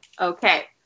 Okay